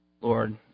Lord